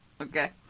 okay